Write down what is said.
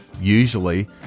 usually